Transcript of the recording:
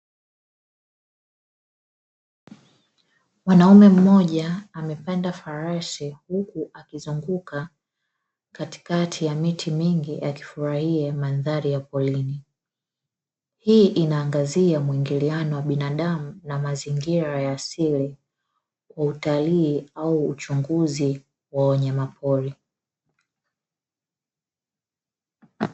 Mwanaume mmoja amepanda farasi huku akizunguka katikati ya miti mingi akifurahia mandhari ya porini. Hii inaangazia muingiliano wa binadamu na mazingira ya asili, kwa utalii au uchunguzi wa wanyamapori.